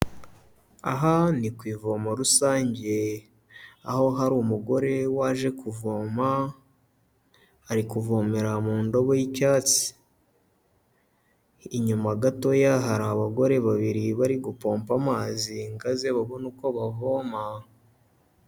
Aha ni ku ivomo rusange, aho hari umugore waje kuvoma, ari kuvomera mu ndobo y'icyatsi. Inyuma gatoya hari abagore babiri bari gupoma amazi ngo aze babone uko bavoma.